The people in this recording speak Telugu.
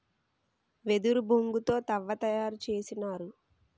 వెదురు బొంగు తో తవ్వ తయారు చేసినారు